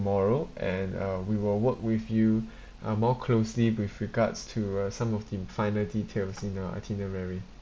tomorrow and uh we will work with you uh more closely with regards to uh some of the finer details in the itinerary